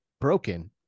broken